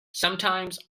sometimes